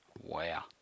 Wow